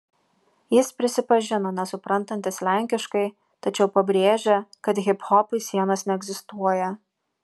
jis prisipažino nesuprantantis lenkiškai tačiau pabrėžė kad hiphopui sienos neegzistuoja